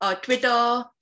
Twitter